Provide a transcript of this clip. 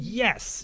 yes